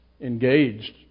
engaged